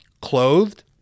clothed